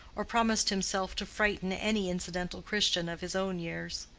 or promised himself to frighten any incidental christian of his own years.